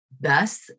thus